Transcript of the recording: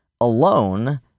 alone